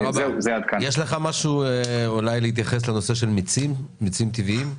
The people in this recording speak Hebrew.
יש לך התייחסות למיצים טבעיים?